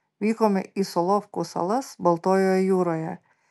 vykome į solovkų salas baltojoje jūroje